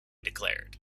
declared